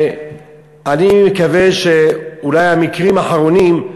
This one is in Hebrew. אני מקווה שאולי המקרים האחרונים,